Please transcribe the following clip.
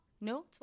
No